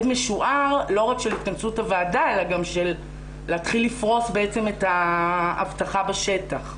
משוער לא רק של התכנסות הוועדה אלא להתחיל לפרוס את האבטחה בשטח,